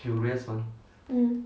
mm